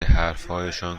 حرفهایشان